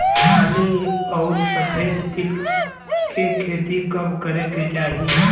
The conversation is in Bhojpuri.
काली अउर सफेद तिल के खेती कब करे के चाही?